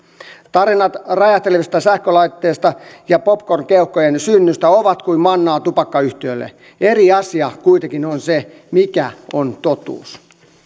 tarinat räjähtelevistä sähkölaitteista ja popcorn keuhkojen synnystä ovat kuin mannaa tupakkayhtiöille eri asia kuitenkin on se mikä on totuus